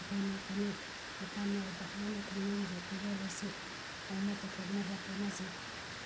ꯑꯩꯈꯣꯏꯅ ꯐꯅꯦꯛ ꯃꯄꯥꯟ ꯅꯥꯏꯕ ꯍꯥꯏꯅ ꯈꯪꯅꯔꯤꯕ ꯐꯤꯖꯣꯜ ꯑꯁꯤ ꯑꯩꯅ ꯄꯨꯊꯣꯛꯅꯕ ꯍꯣꯠꯅꯖꯩ